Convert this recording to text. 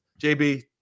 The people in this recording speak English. JB